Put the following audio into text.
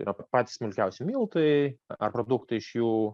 yra patys smulkiausi miltai ar produktai iš jų